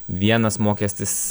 vienas mokestis